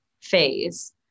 phase